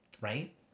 Right